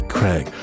Craig